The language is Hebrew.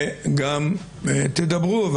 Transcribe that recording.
וגם תדברו,